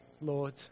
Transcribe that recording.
Lord